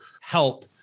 help